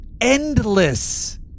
endless